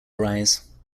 arise